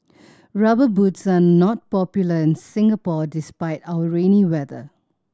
Rubber Boots are not popular in Singapore despite our rainy weather